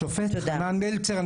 השופט חנן מלצר,